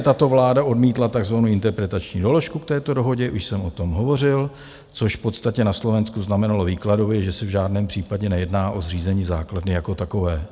Tato vláda také odmítla takzvanou interpretační doložku k této dohodě, už jsem o tom hovořil, což v podstatě na Slovensku znamenalo výkladově, že se v žádném případě nejedná o zřízení základny jako takové.